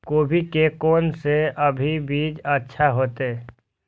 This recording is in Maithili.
गोभी के कोन से अभी बीज अच्छा होते?